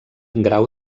grau